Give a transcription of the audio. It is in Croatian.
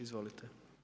Izvolite.